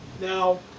Now